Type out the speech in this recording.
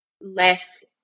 less